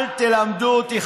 אל תלמדו אותי,